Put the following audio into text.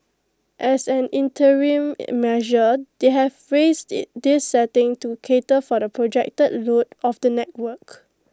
as an interim measure they have raised this setting to cater for the projected load of the network